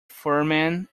foreman